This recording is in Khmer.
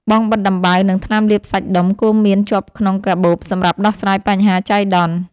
បង់បិទដំបៅ និងថ្នាំលាបសាច់ដុំ គួរមានជាប់ក្នុងកាបូបសម្រាប់ដោះស្រាយបញ្ហាចៃដន្យ។